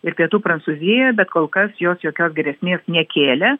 ir pietų prancūzijoje bet kol kas jos jokios grėsmės nekėlė